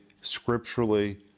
scripturally